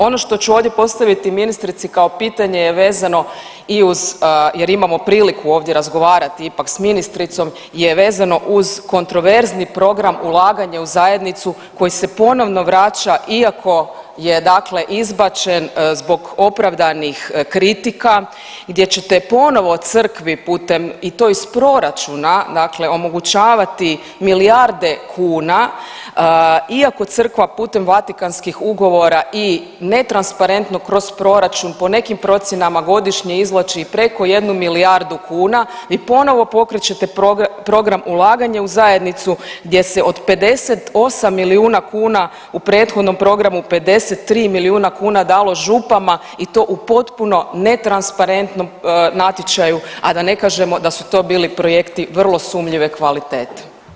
Ono što ću ovdje postaviti ministrici kao pitanje je vezano i uz, jer imamo priliku ovdje razgovarati ipak s ministricom, je vezano uz kontroverzni program ulaganja u zajednicu koji se ponovno vraća iako je dakle izbačen zbog opravdanih kritika gdje ćete ponovo crkvi putem i to iz proračuna dakle omogućavati milijarde kuna iako crkva putem Vatikanskih ugovora i netransparentno kroz proračun po nekim procjenama godišnje izvlači i preko jednu milijardu kuna, vi ponovo pokrećete program ulaganja u zajednicu gdje se od 58 milijuna kuna u prethodnom programu, 53 milijuna kuna dalo župama i to u potpuno netransparetnom natječaju, a da ne kažemo da su to bili projekti vrlo sumnjive kvalitete.